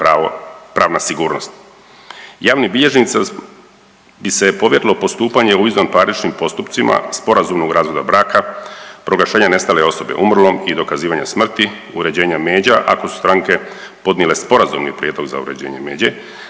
pravna sigurnost. Javni bilježnici bi se povjerilo postupanje u izvanparničnim postupcima sporazumnog razvoda braka, proglašenja nestale osobe umrlom i dokazivanja smrti, uređenja međa ako su stranke podnijele sporazumni prijedlog za uređenje međe